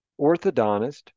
orthodontist